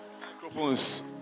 microphones